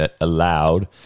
allowed